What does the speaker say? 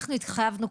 אנחנו התחייבנו,